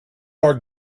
are